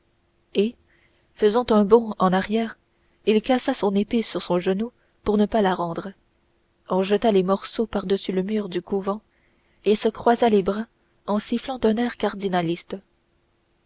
et faisant un bond en arrière il cassa son épée sur son genou pour ne pas la rendre en jeta les morceaux pardessus le mur du couvent et se croisa les bras en sifflant un air cardinaliste